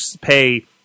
pay